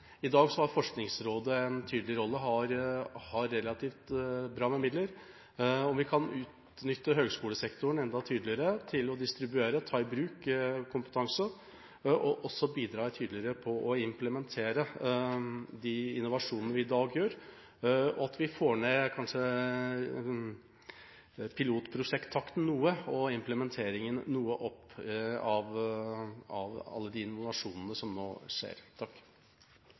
vi kan utnytte høgskolesektoren enda tydeligere til å distribuere, ta i bruk kompetanse og også bidra tydeligere til å implementere den innovasjonen vi i dag har, og at vi får ned pilotprosjekttakten noe, og at implementeringen går noe opp av all den innovasjonen som nå skjer.